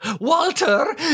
Walter